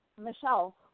michelle